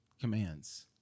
commands